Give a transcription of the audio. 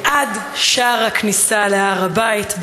עד שער הכניסה להר-הבית,